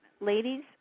Ladies